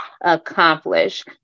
accomplish